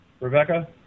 Rebecca